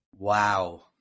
Wow